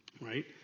right